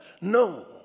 No